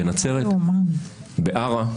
בנצרת, ב-ערה,